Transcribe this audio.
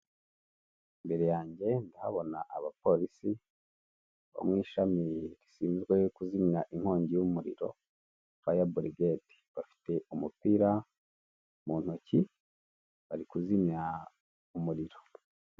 Imbere yange ndahabona aba polisi bo mwishami risinzwe kuzimya inkongi y'umuriro faya burigeti, bafite umupira muntoki bari kuzimya umuriro.